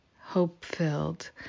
hope-filled